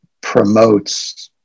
promotes